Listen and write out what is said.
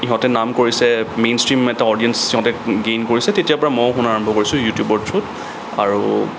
ইহঁতে নাম কৰিছে মেইন ষ্ট্ৰিম এটা অডিয়েঞ্চ সিহঁতে গেইন কৰিছে তেতিয়াৰ পৰা ময়ো শুনা আৰম্ভ কৰিছোঁ ইউটিউবৰ থ্ৰো আৰু